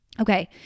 Okay